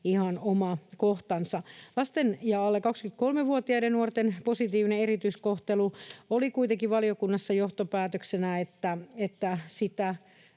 ihan oma kohtansa. Lasten ja alle 23-vuotiaiden nuorten positiivisesta erityiskohtelusta oli kuitenkin valiokunnassa johtopäätöksenä, että sitä